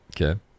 Okay